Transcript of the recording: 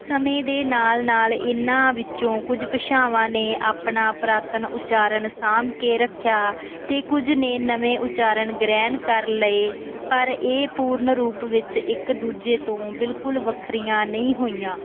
ਸਮੇਂ ਦੇ ਨਾਲ ਨਾਲ ਇਹਨਾਂ ਵਿੱਚੋਂ ਕੁਝ ਭਾਸ਼ਾਵਾਂ ਨੇ ਆਪਣਾ ਪੁਰਾਤਨ ਉਚਾਰਨ ਸਾਂਭ ਕੇ ਰੱਖਿਆ ਅਤੇ ਕੁਝ ਨੇ ਨਵੇਂ ਉਚਾਰਨ ਗ੍ਰਹਿਣ ਕਰ ਲਏ ਪਰ ਇਹ ਪੂਰਨ ਰੂਪ ਵਿੱਚ ਇੱਕ ਦੂਜੇ ਤੋਂ ਬਿਲਕੁਲ ਵੱਖਰੀਆਂ ਨਹੀਂ ਹੋਈਆਂ